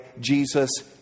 Jesus